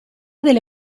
delle